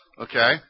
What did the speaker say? Okay